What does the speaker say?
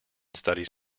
studies